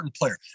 player